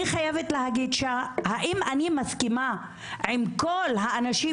אני חייבת להגיד שהאם אני מסכימה עם כל האנשים